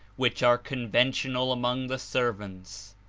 which are conventional among the servants,